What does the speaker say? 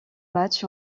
matchs